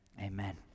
amen